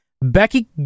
Becky